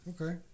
Okay